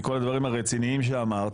מכל הדברים הרציניים שאמרת,